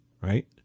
right